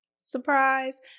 Surprise